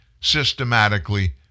systematically